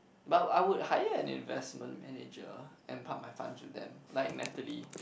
but I would hire an investment manager and park my funds with them like Natalie